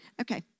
Okay